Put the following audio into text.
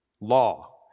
law